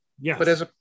Yes